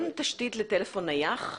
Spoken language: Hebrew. אין תשתית לטלפון נייח?